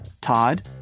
Todd